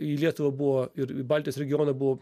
į lietuvą buvo ir į baltijos regioną buvo